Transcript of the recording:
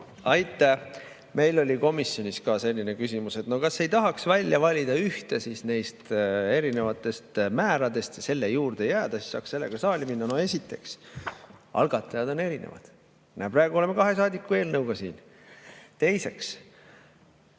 Aitäh! Meil oli komisjonis ka selline küsimus, et no kas ei tahaks välja valida ühte neist erinevatest määradest ja selle juurde jääda, siis saaks sellega saali minna. No esiteks, algatajad on erinevad. Näe, praegu oleme kahe saadiku eelnõuga siin. Teiseks,